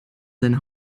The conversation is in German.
seine